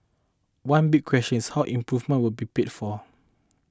one big question is how improvement will be paid for